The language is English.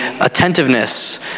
attentiveness